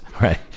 Right